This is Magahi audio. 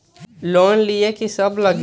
लोन लिए की सब लगी?